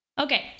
Okay